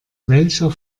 welcher